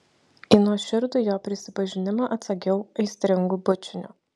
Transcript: į nuoširdų jo prisipažinimą atsakiau aistringu bučiniu